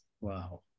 Wow